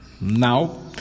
now